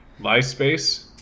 myspace